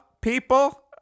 people